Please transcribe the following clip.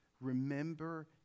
Remember